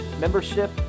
membership